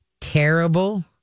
terrible